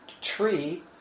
tree